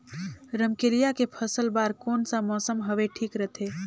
रमकेलिया के फसल बार कोन सा मौसम हवे ठीक रथे?